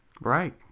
right